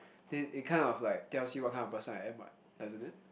did it kind of like tells you what kind of a person I am what doesn't it